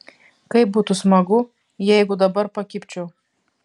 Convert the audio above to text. kaip būtų smagu jeigu dabar pakibčiau